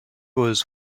was